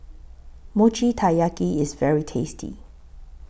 Mochi Taiyaki IS very tasty